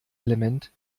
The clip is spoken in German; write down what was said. element